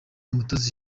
mutesi